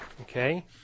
Okay